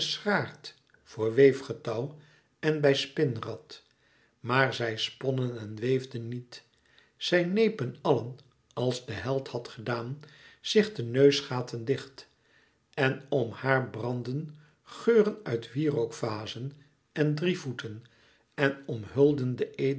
voor weefgetouwen bij spinrad maar zij sponnen en weefden niet zij nepen allen als de held had gedaan zich de neusgaten dicht en om haar brandden geuren uit wierookvazen en drievoeten en omhulden de